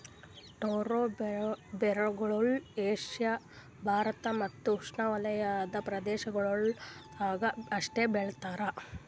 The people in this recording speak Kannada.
ಟ್ಯಾರೋ ಬೇರುಗೊಳ್ ಏಷ್ಯಾ ಭಾರತ್ ಮತ್ತ್ ಉಷ್ಣೆವಲಯದ ಪ್ರದೇಶಗೊಳ್ದಾಗ್ ಅಷ್ಟೆ ಬೆಳಿತಾರ್